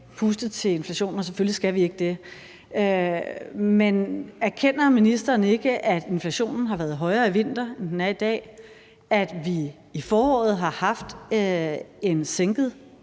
puste til inflationen, og selvfølgelig skal vi ikke det. Men erkender ministeren ikke, at inflationen har været højere i vinter, end den er i dag; at vi i foråret har haft en sænket